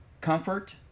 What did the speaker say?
comfort